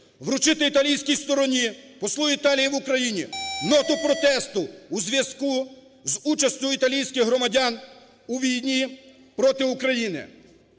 вручити італійській стороні, послу Італії в Україні ноту протесту у зв'язку з участю італійських громадян у війні проти України.